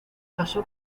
casó